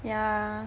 yeah